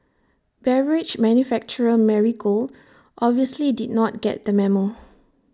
beverage manufacturer Marigold obviously did not get the memo